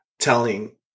telling